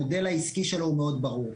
המודל העסקי שלו הוא מאוד ברור.